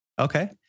okay